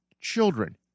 children